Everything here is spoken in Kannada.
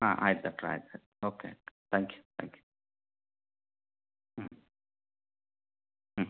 ಹಾಂ ಆಯ್ತು ಡಾಕ್ಟ್ರೇ ಆಯ್ತು ಸರಿ okay thank you thank you